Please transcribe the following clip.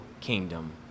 kingdom